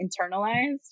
internalized